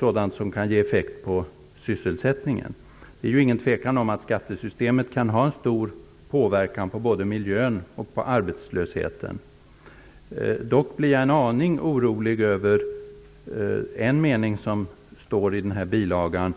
sådant som kan ge effekt på sysselsättningen. Det är ingen tvekan om att skattesystemet kan ha en stor påverkan både på miljön och på arbetslösheten. Dock blir jag en aning orolig över en mening i bilagan.